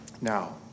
Now